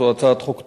זאת הצעת חוק טובה.